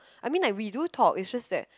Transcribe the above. I mean like we do talk it's just that